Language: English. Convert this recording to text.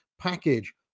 package